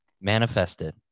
Manifested